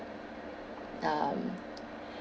um